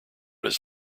his